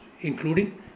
including